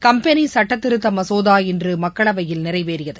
company சட்டத்திருத்த மசோதா இன்று மக்களவையில் நிறைவேறியது